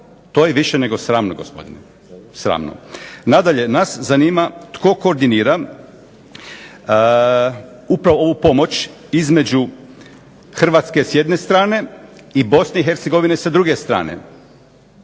To je više nego sramno gospodine. Sramno. Nadalje, nas zanima tko koordinira upravo ovu pomoć između Hrvatske s jedne strane, i Bosne i Hercegovine sa druge strane.